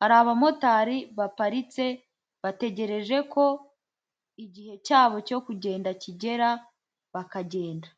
hari abamotari baparitse bategereje ko igihe cyabo cyo kugenda kigera bakagenda.